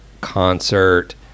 concert